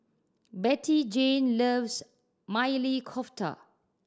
Bettyjane loves Maili Kofta